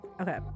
Okay